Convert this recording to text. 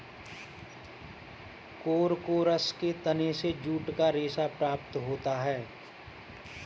Corchorus के तने से जूट का रेशा प्राप्त होता है